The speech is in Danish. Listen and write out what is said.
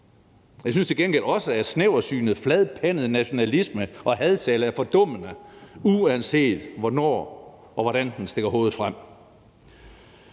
Jeg synes til gengæld også, at snæversynet fladpandet nationalisme og hadtale er fordummende, uanset hvornår og hvordan den stikker hovedet frem.